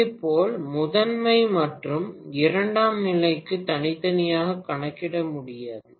இதேபோல் முதன்மை மற்றும் இரண்டாம் நிலைக்கு தனித்தனியாக கணக்கிட முடியாது